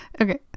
okay